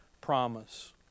promise